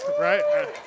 right